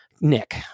nick